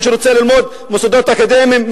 מי שרוצה ללמוד במוסדות אקדמיים,